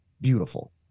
beautiful